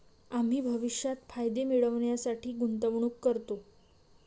आम्ही भविष्यात फायदे मिळविण्यासाठी गुंतवणूक करतो